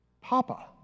Papa